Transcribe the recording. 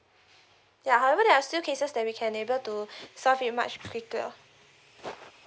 ya however there are still cases that we can able to solved it much quicker